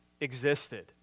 existed